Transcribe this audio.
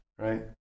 right